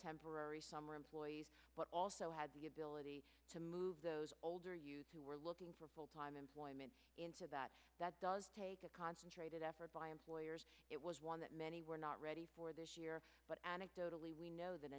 temporary summer employees but also had the ability to move those older youths who were looking for full time employment into that that does take a concentrated effort by employers it was one that many were not ready for this year but anecdotally we know that